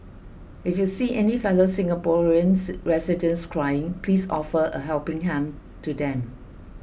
if you see any fellow Singaporeans residents crying please offer a helping hand to them